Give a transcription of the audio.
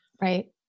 Right